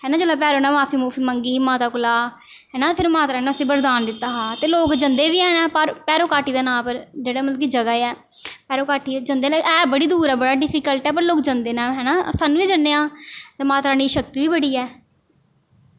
है ना जेल्लै भैरो ने माफी मूफी मंगी ही माता कोला है ना फिरी माता रानी ने उसी वरदान दित्ता हा ते लोग जंदे बी हैन भारो भैरो घाटी दे नांऽ उप्पर जेह्ड़ा मतलब कि जगह् ऐ भैरो घाटी जंदे न ऐ बड़ाी दूर ऐ बड़ा डिफिकल्ट ऐ पर लोग जंदे न है ना सानूं बी जन्ने आं ते माता रानी दी शक्ति बी बड़ी ऐ